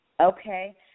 Okay